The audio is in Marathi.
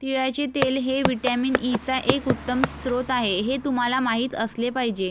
तिळाचे तेल हे व्हिटॅमिन ई चा एक उत्तम स्रोत आहे हे तुम्हाला माहित असले पाहिजे